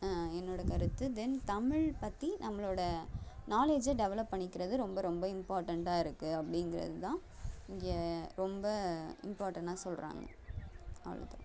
என்னோடய கருத்து தென் தமிழ் பற்றி நம்மளோடய நாலேஜை டெவலப் பண்ணிக்கிறது ரொம்ப ரொம்ப இம்பார்ட்டெண்டாக இருக்குது அப்படீங்கிறது தான் இங்கே ரொம்ப இம்பார்ட்டணாக சொல்கிறாங்க அவ்வளோ தான்